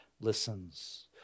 listens